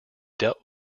dealt